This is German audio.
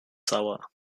sauer